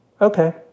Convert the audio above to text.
Okay